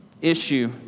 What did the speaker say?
issue